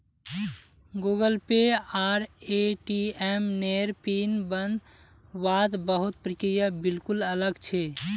Google Pay आर ATM नेर pin बन वात बहुत प्रक्रिया बिल्कुल अलग छे